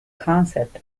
concept